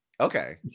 okay